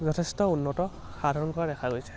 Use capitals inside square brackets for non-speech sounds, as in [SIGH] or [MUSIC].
যথেষ্ট উন্নত [UNINTELLIGIBLE] দেখা গৈছে